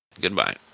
Goodbye